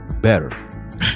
better